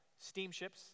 steamships